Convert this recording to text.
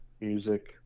music